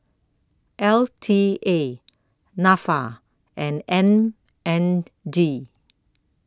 L T A Nafa and M N D